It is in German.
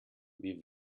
wie